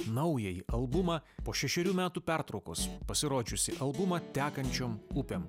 naująjį albumą po šešerių metų pertraukos pasirodžiusį albumą tekančiom upėm